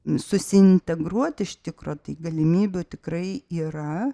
susiintegruot iš tikro galimybių tikrai yra